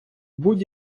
будь